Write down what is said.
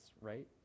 right